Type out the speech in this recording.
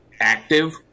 active